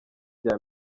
rya